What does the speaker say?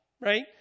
right